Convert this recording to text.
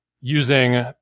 using